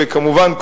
וכמובן,